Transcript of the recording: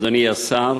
אדוני השר,